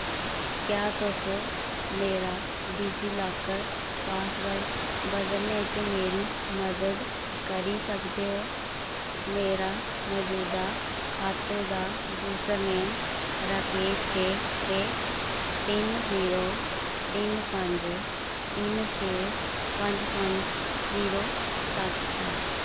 क्या तुस मेरा डिजीलाकर पासवर्ड बदलने च मेरी मदद करी सकदे ओ मेरा मजूदा खाते दा यूजरनेम राकेश के ते तिन्न जीरो तिन्न पंज तिन्न छे पंज पंज जीरो सत्त ऐ